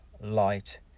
light